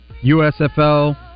USFL